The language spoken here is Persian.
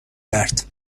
کرد